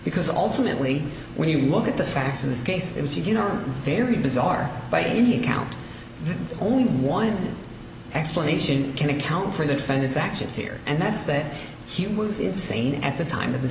because ultimately when you look at the facts in this case it's you know very bizarre by any account only one explanation can account for the defendant's actions here and that's that he was insane at the time of th